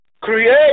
Create